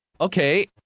okay